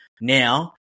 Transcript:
Now